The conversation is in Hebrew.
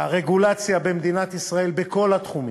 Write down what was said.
הרגולציה במדינת ישראל, בכל התחומים,